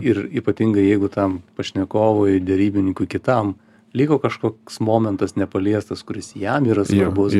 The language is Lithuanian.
ir ypatingai jeigu tam pašnekovui derybininkui kitam liko kažkoks momentas nepaliestas kuris jam yra svarbus